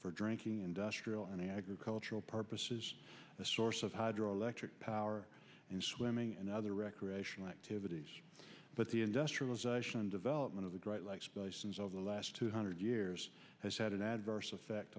for drinking industrial and agricultural purposes the source of hydroelectric power and swimming and other recreational activities but the industrialization and development of the great lakes basins over the last two hundred years has had an adverse effect